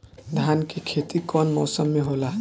धान के खेती कवन मौसम में होला?